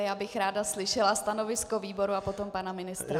Já bych ráda slyšela stanovisko výboru a potom pana ministra.